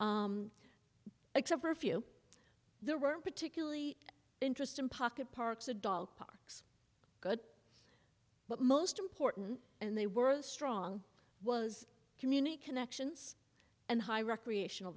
any except for a few there were particularly interesting pocket parks adult parks good but most important and they were a strong was community connections and high recreational